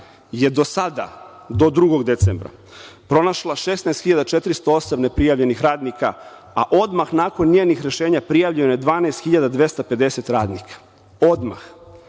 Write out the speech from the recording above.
je do sada, do 2. decembra, pronašla 16.408 neprijavljenih radnika, a odmah nakon njenih rešenja prijavljeno je 12.250 radnika.